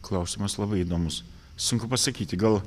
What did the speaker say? klausimas labai įdomus sunku pasakyti gal